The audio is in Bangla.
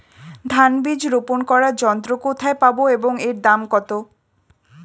ধান বীজ রোপন করার যন্ত্র কোথায় পাব এবং এর দাম কত?